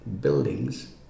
buildings